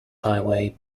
highway